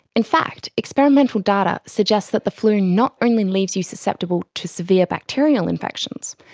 in fact, experimental data suggests that the flu not only leaves you susceptible to severe bacterial infections,